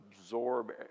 absorb